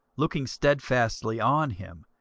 looking stedfastly on him,